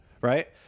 Right